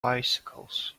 bicycles